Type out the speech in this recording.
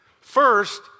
First